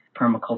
permaculture